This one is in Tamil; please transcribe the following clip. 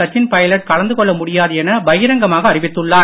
சச்சின் பைலட் கலந்து கொள்ள முடியாது என பகிரங்கமாக அறிவித்துள்ளார்